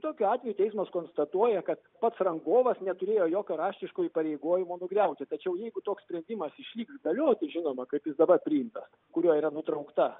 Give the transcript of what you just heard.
tokiu atveju teismas konstatuoja kad pats rangovas neturėjo jokio raštiško įpareigojimo nugriauti tačiau jeigu toks sprendimas išliks galioti žinoma kaip jis dabar priimtas kuriuo yra nutraukta